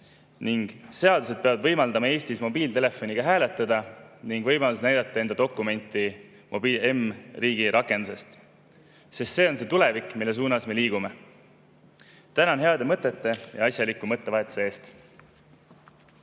Seadused peavad võimaldama Eestis mobiiltelefoniga hääletada ning peab olema ka võimalus näidata enda dokumenti m‑riigi rakendusest, sest see on tulevik, mille suunas me liigume. Tänan heade mõtete ja asjaliku mõttevahetuse eest!